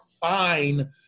fine